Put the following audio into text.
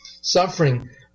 suffering